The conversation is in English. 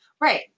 Right